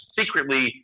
secretly